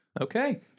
Okay